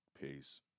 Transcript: peace